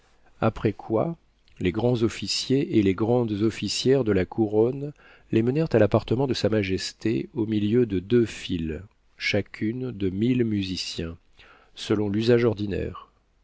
après quoi les grands officiers et les grandes officières de la couronne les menèrent à l'appartement de sa majesté au milieu de deux files chacune de mille musiciens selon l'usage ordinaire